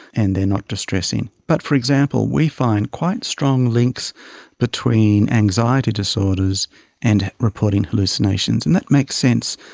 and they are not distressing. but, for example, we find quite strong links between anxiety disorders and reporting hallucinations, and that makes sense,